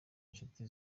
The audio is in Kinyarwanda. inshuti